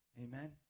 Amen